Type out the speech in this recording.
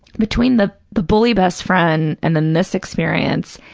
between the the bully best friend and then this experience,